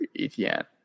ETN